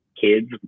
kids